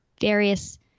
various